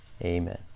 Amen